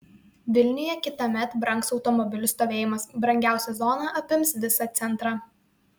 vilniuje kitąmet brangs automobilių stovėjimas brangiausia zona apims visą centrą